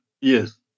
Yes